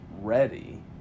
ready